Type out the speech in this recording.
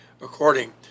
according